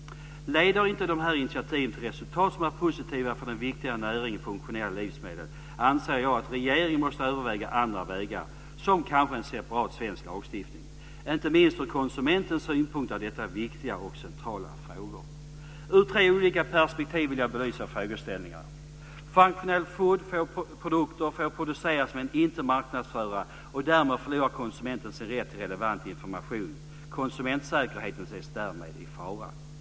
Leder inte de här initiativen till resultat som är positiva för den viktiga näringen funktionella livsmedel anser jag att regeringen måste överväga andra vägar, som kanske en separat svensk lagstiftning. Inte minst ur konsumentsynpunkt är detta viktiga och centrala frågor. Ur tre olika perspektiv vill jag belysa frågeställningarna: 1. Functional food-produkter får produceras men inte marknadsföras, och därmed förlorar konsumenten sin rätt till relevant information - konsumentsäkerheten sätts därmed i fara.